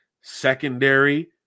secondary